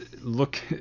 look